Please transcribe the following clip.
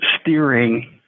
steering